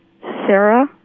Sarah